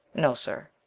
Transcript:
no, sir.